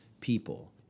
people